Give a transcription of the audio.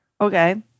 Okay